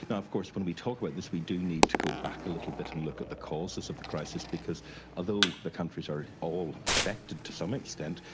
and of course when we talk about this we do need to go back a little bit and look at the causes of the crisis because although the countries are all affected to some extent,